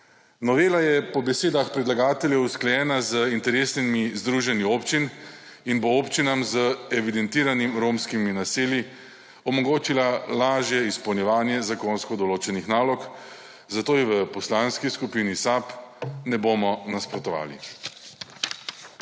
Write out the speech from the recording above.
Novela je po besedah predlagateljev usklajena z interesnimi združenji občin in bo občinam z evidentiranimi romskimi naselji omogočila lažje izpolnjevanje zakonsko določenih nalog, zato ji v Poslanski skupini SAB ne bomo nasprotovali.